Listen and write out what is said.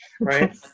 Right